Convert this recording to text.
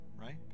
right